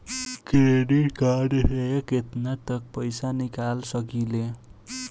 Credit card से केतना तक पइसा निकाल सकिले?